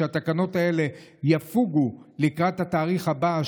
שהתקנות האלה יפוגו לקראת התאריך הבא,